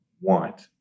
want